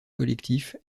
collectif